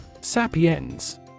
Sapiens